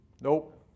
Nope